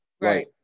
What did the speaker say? Right